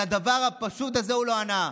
על הדבר הפשוט הזה הוא לא ענה,